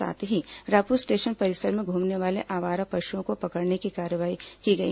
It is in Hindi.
साथ ही रायपुर स्टेशन परिसर में घूमने वाले आवारा पशुओं को पकड़ने की कार्रवाई की गई